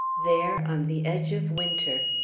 there on the edge of winter.